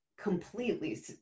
completely